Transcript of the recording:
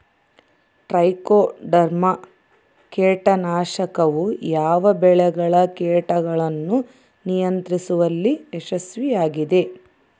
Trichoderma ಕೇಟನಾಶಕವು ಯಾವ ಬೆಳೆಗಳ ಕೇಟಗಳನ್ನು ನಿಯಂತ್ರಿಸುವಲ್ಲಿ ಯಶಸ್ವಿಯಾಗಿದೆ?